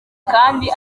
kandi